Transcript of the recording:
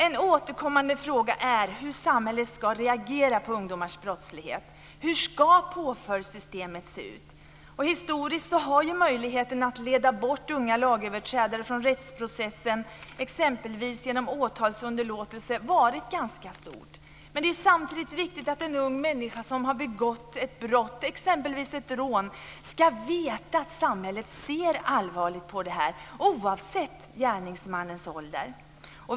En återkommande fråga är hur samhället ska reagera på ungdomars brottslighet. Hur ska påföljdssystemet se ut? Historiskt har möjligheten att leda bort unga lagöverträdare från rättsprocessen, exempelvis genom åtalsunderlåtelse, varit ganska stor. Det är samtidigt viktigt att en ung människa som har begått exempelvis ett rån ska veta att samhället ser allvarligt på det här, oavsett gärningsmannens ålder.